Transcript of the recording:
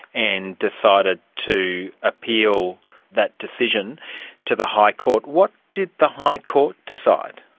and decided to appeal that decision to the high court. what did the high court decide?